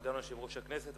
סגן יושב-ראש הכנסת,